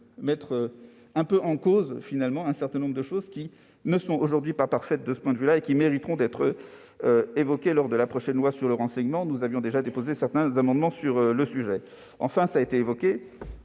garantir les libertés. Or un certain nombre de choses ne sont aujourd'hui pas parfaites de ce point de vue et mériteront d'être évoquées lors de la prochaine loi sur le renseignement- nous avions déjà déposé certains amendements sur le sujet. Enfin, il y a la